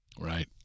Right